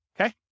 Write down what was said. Okay